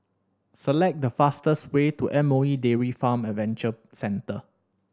select the fastest way to M O E Dairy Farm Adventure Centre